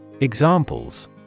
Examples